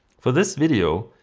for this video,